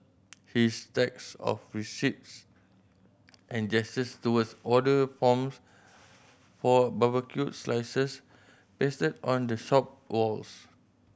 his stacks of receipts and gestures towards order forms for barbecued slices pasted on the shop walls